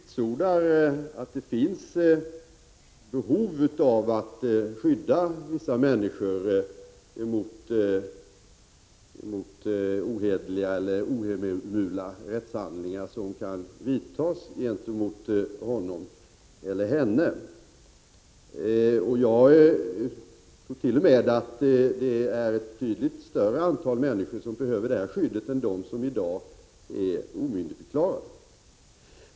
Herr talman! Jag kan vitsorda att det finns ett behov av att skydda vissa människor mot ohederliga eller ohemula rättshandlingar som kan vidtas gentemot honom eller henne. Jag tror t.o.m. att det är ett betydligt större antal människor som behöver det skyddet än de som i dag är omyndigförklarade.